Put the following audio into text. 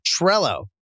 Trello